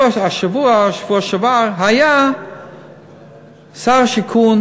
השבוע, בשבוע שעבר היה שר השיכון